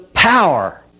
Power